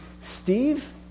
Steve